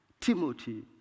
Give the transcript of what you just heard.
Timothy